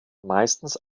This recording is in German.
meistens